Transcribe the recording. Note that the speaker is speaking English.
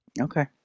Okay